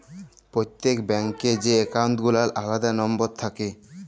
প্রত্যেক ব্যাঙ্ক এ যে একাউল্ট গুলার আলাদা লম্বর থাক্যে